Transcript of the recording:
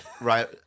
Right